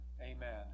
amen